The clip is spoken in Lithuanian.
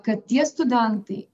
kad tie studentai